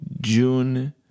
June